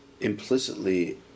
implicitly